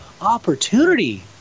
opportunity